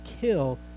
kill